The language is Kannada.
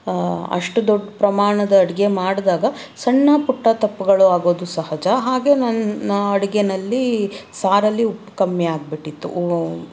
ಅಷ್ಟು ದೊಡ್ಡ ಪ್ರಮಾಣದ ಅಡುಗೆ ಮಾಡಿದಾಗ ಸಣ್ಣ ಪುಟ್ಟ ತಪ್ಪುಗಳು ಆಗೋದು ಸಹಜ ಹಾಗೆ ನನ್ನ ಅಡುಗೇನಲ್ಲಿ ಸಾರಲ್ಲಿ ಉಪ್ಪು ಕಮ್ಮಿ ಆಗಿಬಿಟ್ಟಿತ್ತು